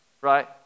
Right